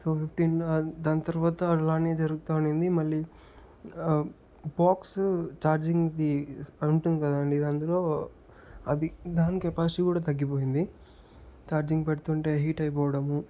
fifteen దాని తర్వాత అలానే జరుగుతూ ఉన్నింది మళ్ళీ బాక్సు ఛార్జింగ్ది అదుంటుంది కదండి అందులో అది దాని కెపాసిటీ కూడా తగ్గిపోయింది ఛార్జింగ్ పెడుతుంటే హీట్ అయిపోవడము